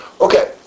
Okay